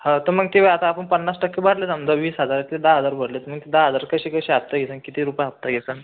हां तर मग ते आता आपण पन्नास टक्के भरले समजा वीस हजाराचे दहा हजार भरले तुम्ही दहा हजार कसे कसे हप्ता येसन किती रुपये हप्ता येसन